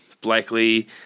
Blakely